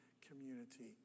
community